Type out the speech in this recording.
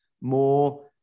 more